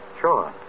Sure